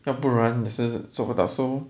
要不然你是做不到 so